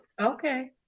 Okay